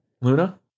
Luna